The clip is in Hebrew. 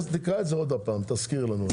תקרא את זה שוב, תזכיר לנו.